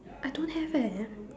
I don't have eh